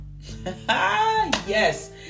Yes